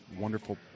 wonderful